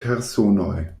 personoj